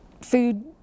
food